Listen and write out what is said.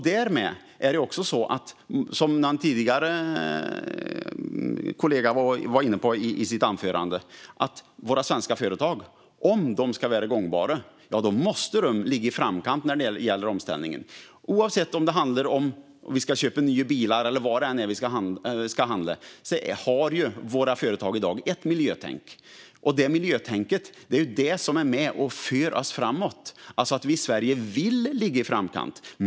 Därmed är det som någon tidigare kollega var inne på i sitt anförande när det gäller våra svenska företag: Om de ska vara gångbara måste de ligga i framkant när det gäller omställningen. Oavsett om det handlar om att köpa nya bilar eller vad det än är vi ska handla har våra företag i dag ett miljötänk. Detta miljötänk är det som är med och för oss framåt. Vi i Sverige vill ligga i framkant.